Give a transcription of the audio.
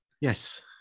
Yes